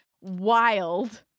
wild